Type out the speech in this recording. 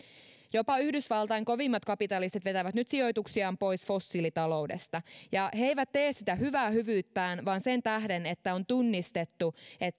jopa yhdysvaltojen kovimmat kapitalistit vetävät nyt sijoituksiaan pois fossiilitaloudesta ja he eivät tee sitä hyvää hyvyyttään vaan sen tähden että on tunnistettu